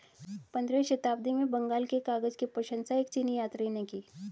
पंद्रहवीं शताब्दी में बंगाल के कागज की प्रशंसा एक चीनी यात्री ने की